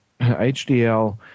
HDL